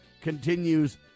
continues